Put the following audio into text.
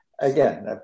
again